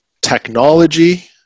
technology